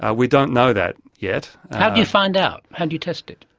ah we don't know that yet. how do you find out, how do you test it?